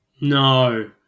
No